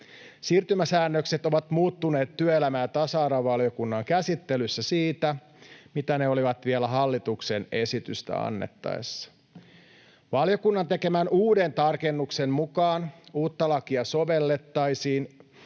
Siirtymäsäännökset ovat muuttuneet työelämä- ja tasa-arvovaliokunnan käsittelyssä siitä, mitä ne olivat vielä hallituksen esitystä annettaessa. Valiokunnan tekemän uuden tarkennuksen mukaan uutta lakia sovellettaisiin